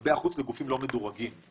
למשל לעניין הריבית של ההלוואה,